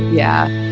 yeah.